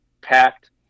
packed